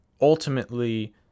ultimately